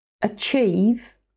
achieve